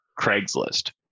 Craigslist